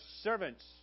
servants